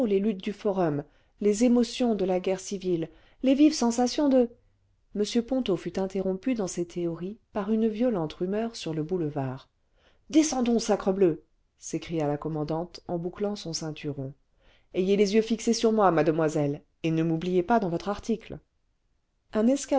les luttes du forum les émotions de la guerre civile les vives sensations de m ponto fut interrompu dans ses théories par une violente rumeur sur le boulevard descendons sabrebleu s'écria la commandante en bouclant son ceinturon ayez les yeux fixés sur moi mademoiselle et ne m'oubliez pas dans votre article